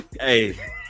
Hey